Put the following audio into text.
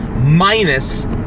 minus